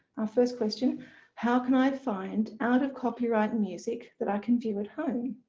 our first question how can i find out of copyrighted music that i can view at home?